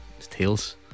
Tails